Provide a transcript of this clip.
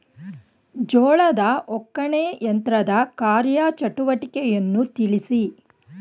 ಜೋಳದ ಒಕ್ಕಣೆ ಯಂತ್ರದ ಕಾರ್ಯ ಚಟುವಟಿಕೆಯನ್ನು ತಿಳಿಸಿ?